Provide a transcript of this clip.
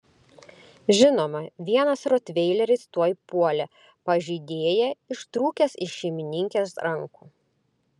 žinoma vienas rotveileris tuoj puolė pažeidėją ištrūkęs iš šeimininkės rankų